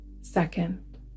second